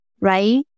right